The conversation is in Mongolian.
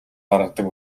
гаргадаг